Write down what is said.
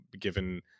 given